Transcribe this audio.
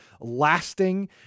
lasting